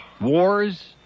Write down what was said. Wars